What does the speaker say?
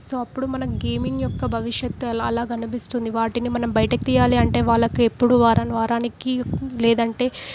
so అప్పుడు మనకు gaming యొక్క భవిష్యత్తు అలా అలా కనిపిస్తుంది వాటిని మనం బయటకి తియ్యాలి అంటే వాళ్ళకెప్పుడు వార వారానికి లేదంటే